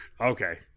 Okay